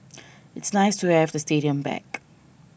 it's nice to have the stadium back